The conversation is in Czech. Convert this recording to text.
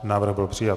Návrh byl přijat.